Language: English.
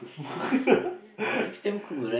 to smoke